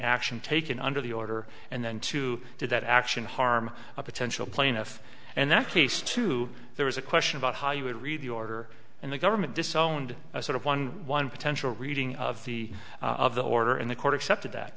action taken under the order and then to do that action harm a potential plaintiff and that case two there was a question about how you would read the order and the government disowned a sort of one one potential reading of the of the order in the court accepted that